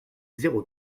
zéro